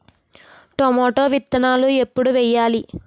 Tomato విత్తనాలు ఎప్పుడు వెయ్యాలి?